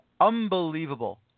unbelievable